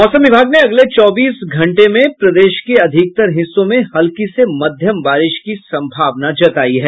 मौसम विभाग ने अगले चौबीस घंटें में प्रदेश के अधिकतर हिस्सों में हल्की से मध्यम बारिश की संभावना जतायी है